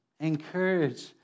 encourage